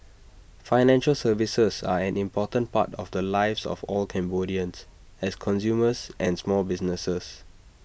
financial services are an important part of the lives of all Cambodians as consumers and small businesses